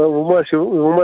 وٕ ما چھِ وٕ ما